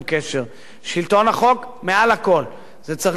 שלטון החוק מעל הכול, זה צריך להיות כלל הברזל.